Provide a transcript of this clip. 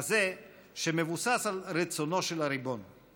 כזה שמבוסס על "רצונו של הריבון";